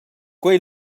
quei